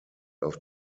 auf